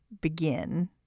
begin